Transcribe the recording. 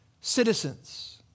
citizens